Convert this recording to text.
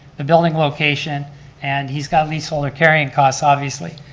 the building location and he's got these solar carrying cost, obviously,